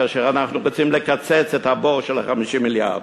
כאשר אנחנו מתים לקצץ את הבור של 50 המיליארד.